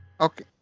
Okay